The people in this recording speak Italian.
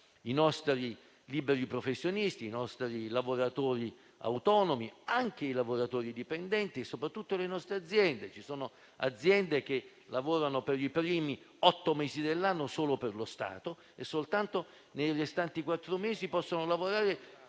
i nostri liberi professionisti, i nostri lavoratori autonomi, anche i lavoratori dipendenti e soprattutto le nostre aziende. Ci sono aziende che lavorano per i primi otto mesi dell'anno solo per lo Stato e soltanto nei restanti quattro mesi possono lavorare